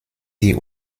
die